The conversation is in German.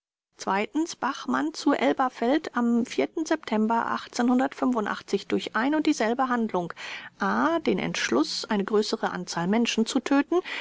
bachmann zu elberfeld am september durch ein und dieselbe handlung a den entschluß eine größere anzahl menschen zu töten